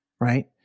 right